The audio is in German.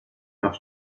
noch